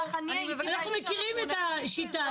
אז אני אומרת לך --- אנחנו מכירים את השיטה הזו וזה עובד.